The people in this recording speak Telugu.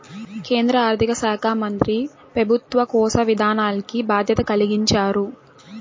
కేంద్ర ఆర్థిక శాకా మంత్రి పెబుత్వ కోశ విధానాల్కి బాధ్యత కలిగించారు